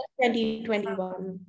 2021